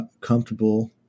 comfortable